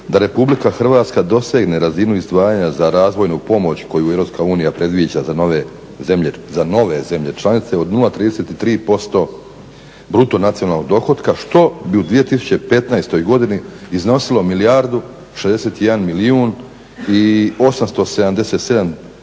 da RH dosegne razinu izdvajanja za razvojnu pomoć koju EU predviđa za nove zemlje članice od 0,33% bruto nacionalnog dohotka što bi u 2015. godini iznosilo milijardu 61 milijun i 877 tisuća